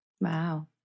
Wow